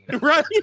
right